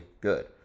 good